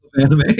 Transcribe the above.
anime